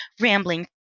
rambling